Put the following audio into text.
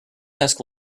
ask